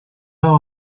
how